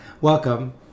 Welcome